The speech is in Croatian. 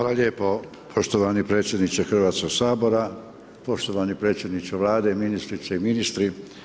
Hvala lijepo poštovani predsjedniče Hrvatskog sabora, poštovani predsjedniče Vlade, ministrice i ministri.